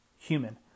human